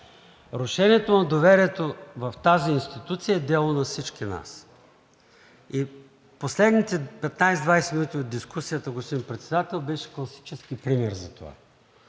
Рушенето на доверието в тази институция е дело на всички нас. Последните 15 – 20 минути от дискусията, господин Председател, беше класически пример за това.